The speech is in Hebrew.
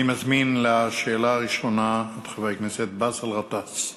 אני מזמין לשאלה הראשונה את חבר הכנסת באסל גטאס.